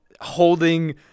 holding